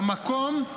במקום,